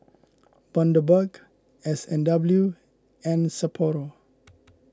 Bundaberg S and W and Sapporo